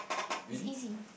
is easy